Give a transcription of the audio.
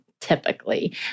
typically